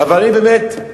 אבל באמת,